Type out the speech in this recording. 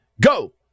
go